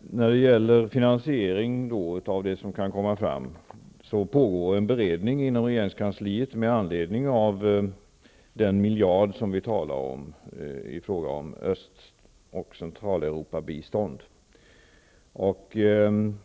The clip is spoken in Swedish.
När det gäller finansiering pågår det en särskild beredning inom regeringskansliet med anledning av den miljard till Öst och Centraleuropabistånd, som vi talade om.